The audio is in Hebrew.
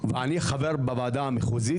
ואני חבר בוועדה המחוזית,